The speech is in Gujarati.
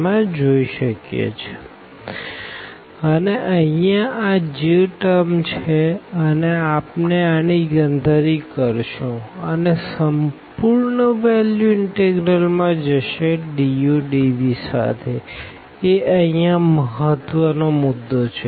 Jxyuv∂x∂u ∂x∂v ∂y∂u ∂y∂v અને અહિયાં આ J ટર્મ છે અને અને આપણે આની ગણતરી કરશું અને સંપૂર્ણ વેલ્યુ ઇનટેગરલ માં જશે du dvસાથેએ અહિયાં મહત્વ નો મુદ્દો છે